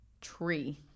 tree